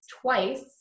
twice